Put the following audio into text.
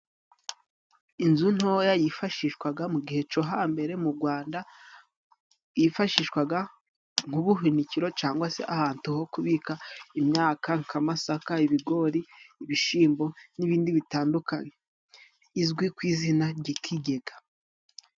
Inzu ntoya yifashishwaga mu gihe cyo hambere mu Rwanda, yifashishwaga nk'ubuhunikiro cyangwa se ahantu ho kubika imyaka nk'amasaka, ibigori, ibishyimbo n'ibindi bitandukanye, izwi ku izina ry'ikigega.